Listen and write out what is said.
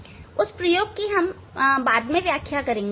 हम उस प्रयोग की व्याख्या बाद में करेंगे